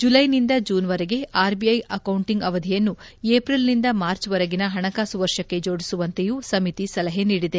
ಜುಲೈನಿಂದ ಜೂನ್ವರೆಗಿನ RBI accounting ಅವಧಿಯನ್ನು ಏಪ್ರಿಲ್ನಿಂದ ಮಾರ್ಚ್ವರೆಗಿನ ಹಣಕಾಸು ವರ್ಷಕ್ಕೆ ಜೋಡಿಸುವಂತೆಯೂ ಸಮಿತಿ ಸಲಹೆ ನೀಡಿದೆ